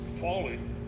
falling